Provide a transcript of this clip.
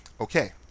okay